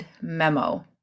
memo